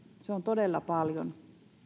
se on todella paljon